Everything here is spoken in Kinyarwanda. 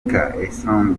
eisenberg